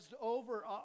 over